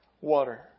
water